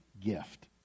gift